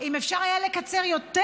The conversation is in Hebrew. אם היה אפשר לקצר יותר,